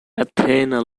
athena